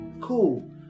Cool